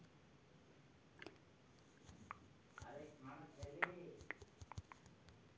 टमाटर की फसल पर कौन कौन से कीट पतंग लगते हैं उनको कैसे रोकें?